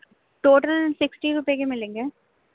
total sixty روپیے کے ملیں گے